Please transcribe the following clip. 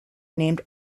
named